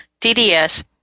DDS-